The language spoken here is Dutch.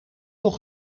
nog